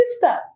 sister